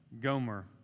Gomer